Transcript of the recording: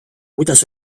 kuidas